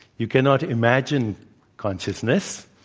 you cannot imagine consciousness.